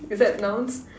is that nouns